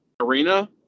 arena